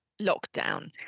lockdown